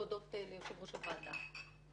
להודות ליושב ראש הוועדה